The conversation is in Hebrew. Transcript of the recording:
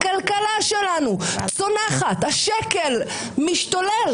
הכלכלה שלנו צונחת, השקל משתולל.